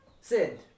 Sid